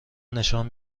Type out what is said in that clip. نشان